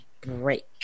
break